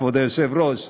כבוד היושב-ראש,